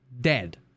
dead